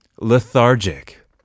lethargic